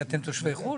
אתם תושבי חו"ל?